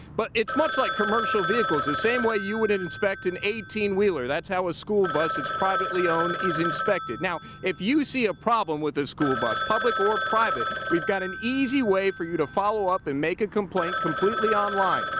but it's much like commercial vehicles, the same way you would inspect an eighteen wheeler, that's how a school bus that's privately owned is inspected. if you see a problem with a school bus, public or private, we've got an easy way for you to follow up and make a complaint completely on-line.